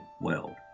world